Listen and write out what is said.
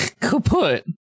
kaput